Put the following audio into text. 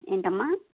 ఏంటమ్మా